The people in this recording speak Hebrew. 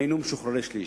היינו משוחררי שליש.